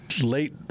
Late